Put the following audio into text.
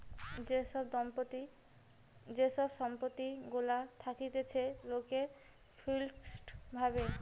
যে সব সম্পত্তি গুলা থাকতিছে লোকের ফিক্সড ভাবে